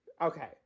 Okay